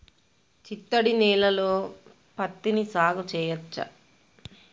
చిత్తడి నేలలో పత్తిని సాగు చేయచ్చా?